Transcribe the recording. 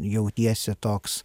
jautiesi toks